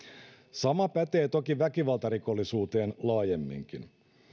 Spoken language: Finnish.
sama pätee toki väkivaltarikollisuuteen laajemminkin